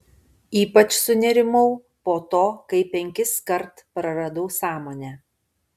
ypač sunerimau po to kai penkiskart praradau sąmonę